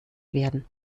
werden